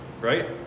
right